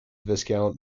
viscount